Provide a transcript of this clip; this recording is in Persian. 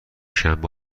شنبه